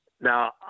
Now